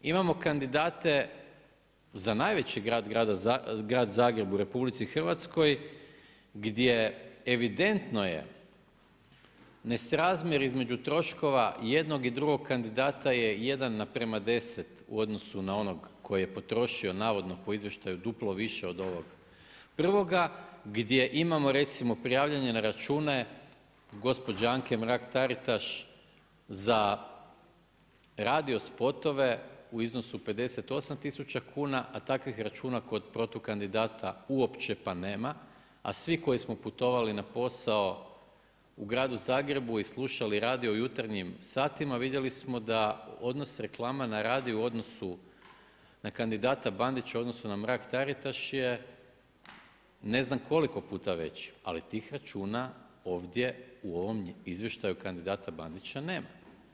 Imamo kandidate za najveći grad, grad Zagreb u RH, gdje evidentno je nesrazmjer između troškova jednog i drugog kandidata je 1 na prema 10 u odnosu na onog koji je potrošio navodno po izvještaju duplo više od ovog prvoga, gdje imamo recimo prijavljene račune gospođe Anke Mrak-Taritaš za radio spotove u iznosu 58 tisuća kuna, a takvih računa kod protukandidata uopće pa nema, a svi koji smo putovali na posao u gradu Zagrebu i slušali radio u jutarnjim satima, vidjeli smo da odnos reklama na radiju u odnosu na kandidata Bandića u odnosu na Mrak-Taritaš je ne znam koliko puta veći, ali tih računa ovdje u ovom izvještaju kandidata Bandića, nema.